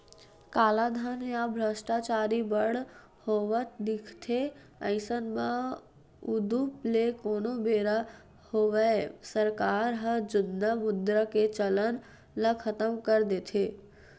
कालाधन या भस्टाचारी बड़ होवत दिखथे अइसन म उदुप ले कोनो बेरा होवय सरकार ह जुन्ना मुद्रा के चलन ल खतम कर देथे